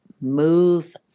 move